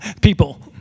people